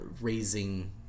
raising